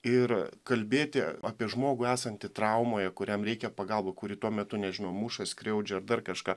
ir kalbėti apie žmogų esantį traumoje kuriam reikia pagalba kurį tuo metu nežinau muša skriaudžia ar dar kažką